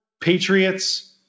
Patriots